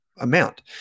amount